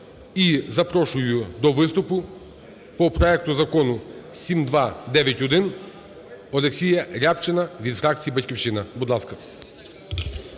І запрошую до виступу по проекту Закону 7291 Олексія Рябчина від фракції "Батьківщина", будь ласка.